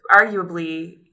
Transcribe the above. arguably